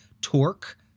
Torque